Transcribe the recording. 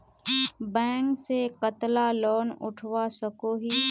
Bank से कतला loan उठवा सकोही?